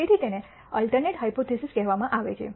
તેથી તેને alternate hypothesis કહેવામાં આવે છે